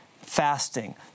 fasting